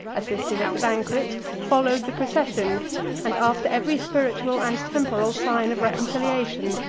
assisted at the banquet, followed the procession and, after every spiritual and temporal sign of reconciliation,